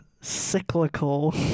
cyclical